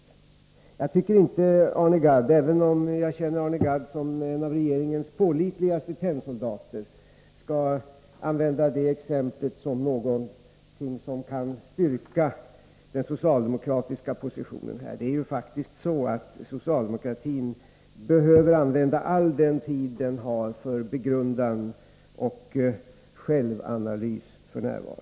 Jag känner Arne Gadd som en av regeringens pålitligaste tennsoldater, men jag tycker inte ens Arne Gadd skall använda det exemplet som någonting som kan stärka den socialdemokratiska positionen här. Socialdemokratin behöver f. n. använda all den tid den har för begrundan och självanalys.